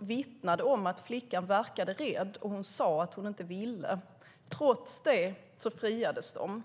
vittnade till och med om att flickan verkade rädd, och hon sade att hon inte ville. Trots det friades de.